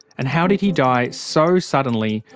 and how did he die so suddenly,